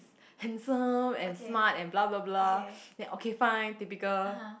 handsome and smart and blah blah blah then okay fine typical